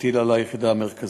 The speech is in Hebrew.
הטיל זאת על היחידה המרכזית